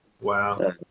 Wow